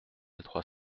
trois